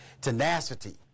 tenacity